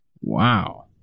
Wow